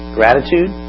Gratitude